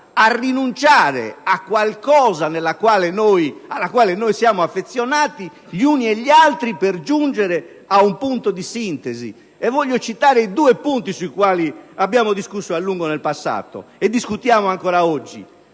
a rinunciare a qualcosa a cui siamo affezionati, gli uni e gli altri, per giungere a un punto di sintesi. Vorrei quindi citare due punti su cui abbiamo discusso in passato e discutiamo ancora oggi: